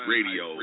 Radio